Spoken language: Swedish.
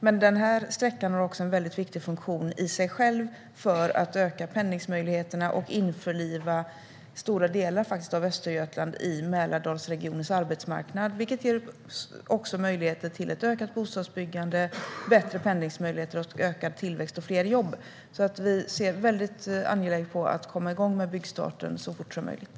Men denna sträcka har också en mycket viktig funktion i sig själv för att öka pendlingsmöjligheterna och införliva stora delar av Östergötland i Mälardalsregionens arbetsmarknad, vilket också ger möjligheter till ett ökat bostadsbyggande, bättre pendlingsmöjligheter, ökad tillväxt och fler jobb. Vi anser därför att det är mycket angeläget att byggstarten sker så fort som möjligt.